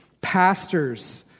pastors